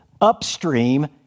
upstream